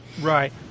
Right